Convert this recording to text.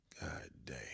Goddamn